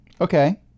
Okay